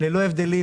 ללא הבדלים.